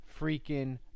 freaking